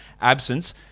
absence